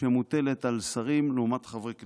שמוטלת על שרים לעומת חברי כנסת.